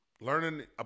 learning